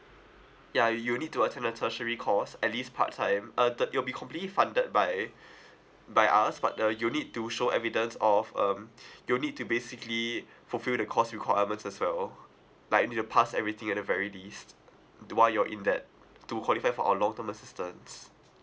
yeah you'll need to attend a tertiary course at least part time uh ter~ it'll be completely funded by by us but uh you'll need to show evidence of um you'll need to basically fulfill the course requirements as well like you need to pass everything at the very least while you're in that to qualify for our long term assistance